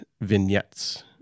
vignettes